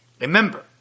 remember